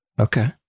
Okay